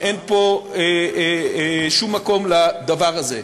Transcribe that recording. אין פה שום מקום לדבר הזה.